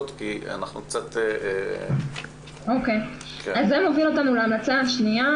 כי אנחנו קצת --- זה מוביל אותנו להמלצה השניה,